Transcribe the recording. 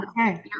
okay